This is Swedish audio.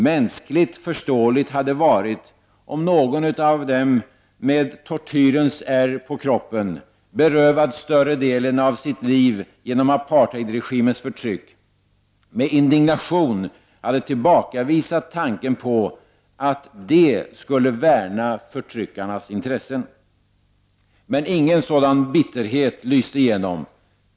Mänskligt förståeligt hade varit om någon av dem med tortyrens ärr på kroppen, berövad större delen av sitt liv genom apartheidregimens förtryck, med indignation hade tillbakavisat tanken på att de skulle värna förtryckarnas intressen. Men ingen sådan bitterhet lyste igenom.